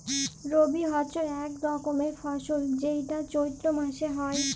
রবি হচ্যে এক রকমের ফসল যেইটা চৈত্র মাসে হ্যয়